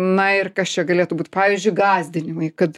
na ir kas čia galėtų būt pavyzdžiui gąsdinimai kad